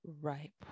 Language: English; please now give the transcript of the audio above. Right